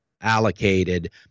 allocated